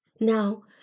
Now